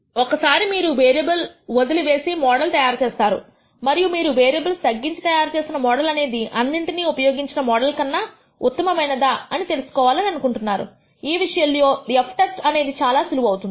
ఒకసారి మీరు వేరియబుల్ వదిలివేసి మోడల్ తయారు చేస్తారు మరియు మీరు వేరియబుల్స్ తగ్గించి తయారు చేసిన మోడల్ అనేది అన్నిటిని ఉపయోగించిన మోడల్ కన్నా ఉత్తమమైనదా అని తెలుసుకోవాలి అని అనుకుంటున్నారు ఈ విషయంలో f టెస్ట్ అనేది చాలా సులువు అవుతుంది